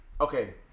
Okay